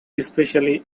especially